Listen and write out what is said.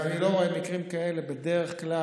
ואני לא רואה מקרים כאלה בדרך כלל.